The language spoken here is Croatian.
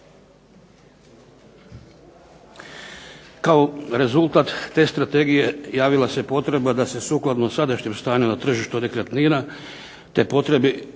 Kao rezultat te strategije javila se potreba da se sukladno sadašnjem stanju na tržištu nekretnina te potrebi